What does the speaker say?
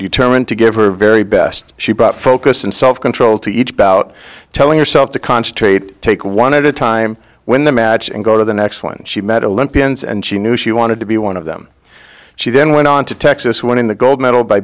determined to give her very best she brought focus and self control to each bout telling herself to concentrate take one at a time when the match and go to the next one she met olympians and she knew she wanted to be one of them she then went on to texas won in the gold medal by